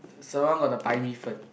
so long got the 白米粉